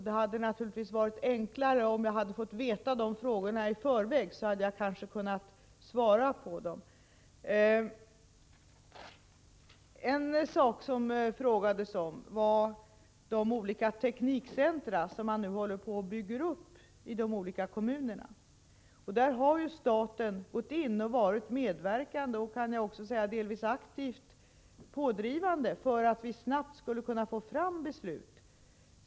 Det hade självfallet varit enklare om jag hade fått veta frågorna i förväg. Då hade jag kanske kunnat svara på dem. En fråga gällde de olika teknikcentra som nu håller på att byggas upp i några kommuner. Staten har, delvis genom att vara aktivt pådrivande, medverkat till att det snabbt skulle kunna fattas beslut.